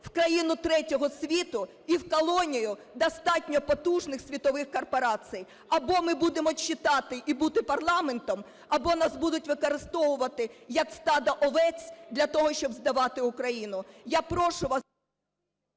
в країну третього світу і в колонію достатньо потужних світових корпорацій. Або ми будемо читати і будемо парламентом, або нас будуть використовувати, як стадо овець, для того, щоб здавати Україну. Я прошу вас…